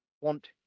want